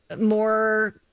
more